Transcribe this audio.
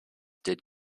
did